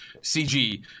cg